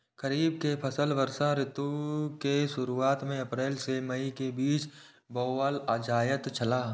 खरीफ के फसल वर्षा ऋतु के शुरुआत में अप्रैल से मई के बीच बौअल जायत छला